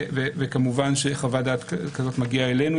וכמובן שחוות דעת כזאת מגיעה אלינו,